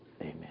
Amen